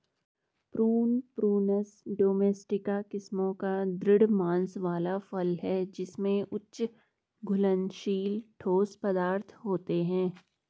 prune, Prunus domestica किस्मों का दृढ़ मांस वाला फल है जिसमें उच्च घुलनशील ठोस पदार्थ होते हैं